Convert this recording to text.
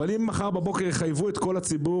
אבל אם מחר בבוקר יחייבו את כל הציבור